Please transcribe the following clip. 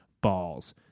balls